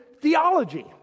theology